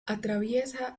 atraviesa